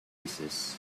oasis